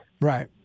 Right